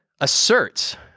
assert